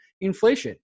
inflation